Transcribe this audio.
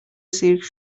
سیرک